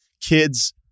Kids